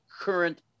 current